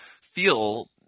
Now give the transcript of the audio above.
feel